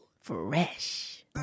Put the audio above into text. Fresh